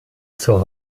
zur